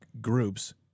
groups